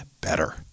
better